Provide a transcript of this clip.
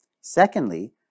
Secondly